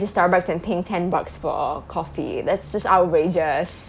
the starbucks and paying ten bucks for coffee that's just outrageous